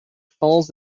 falls